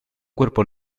cuerpo